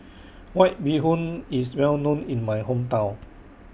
White Bee Hoon IS Well known in My Hometown